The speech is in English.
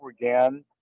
again